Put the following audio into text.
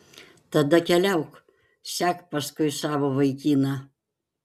tada keliauk sek paskui savo vaikiną